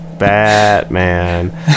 Batman